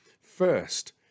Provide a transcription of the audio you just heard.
First